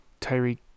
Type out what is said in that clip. Tyreek